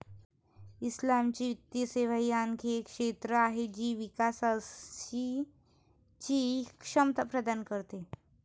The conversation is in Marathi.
इस्लामिक वित्तीय सेवा ही आणखी एक क्षेत्र आहे जी विकासची क्षमता प्रदान करते